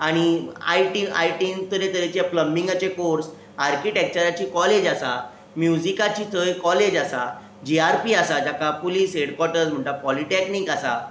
आनी आय आयटीन तरेतरेचे पंब्लिगाचे कोर्स आरकीटेक्चराची कॉलेज आसा म्युजिकाची थंय कॉलेज आसा जे आर पी आसा जाका पुलीस हेक्वॉटर्स म्हणटात पॉली टेकनीक आसा